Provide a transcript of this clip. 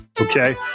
Okay